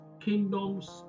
kingdoms